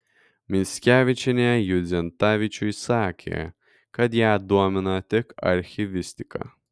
mickevičienė judzentavičiui sakė kad ją domina tik archyvistika